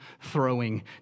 throwing